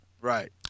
Right